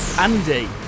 Andy